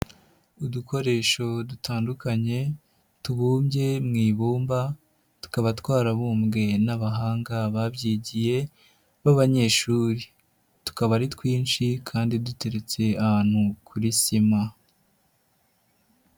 Udukoresho dutandukanye tubumbye mu ibumba, tukaba twarabumbwe n'abahanga babyigiye b'abanyeshuri, tukaba ari twinshi kandi duteretse ahantu kuri sima.